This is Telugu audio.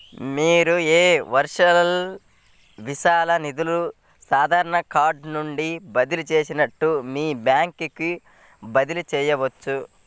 మీరు మీ వర్చువల్ వీసా నిధులను సాధారణ కార్డ్ నుండి బదిలీ చేసినట్లే మీ బ్యాంకుకు బదిలీ చేయవచ్చు